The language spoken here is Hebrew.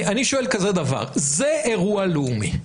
זה אירוע לאומי.